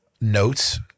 notes